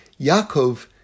Yaakov